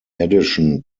addition